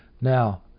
Now